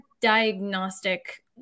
diagnostic